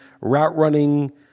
route-running